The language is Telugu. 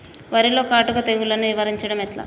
వరిలో కాటుక తెగుళ్లను నివారించడం ఎట్లా?